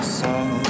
sun